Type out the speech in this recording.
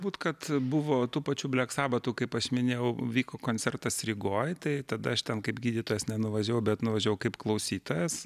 būt kad buvo tų pačių blek sabatų kaip aš minėjau vyko koncertas rygoj tai tada aš ten kaip gydytojas nenuvažiavau bet nuvažiavau kaip klausytojas